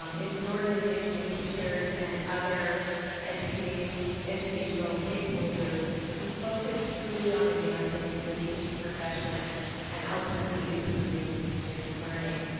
um it's an organization of teachers and other educational educational stakeholders who focus truly on advancing the teaching profession and ultimately improving student learning.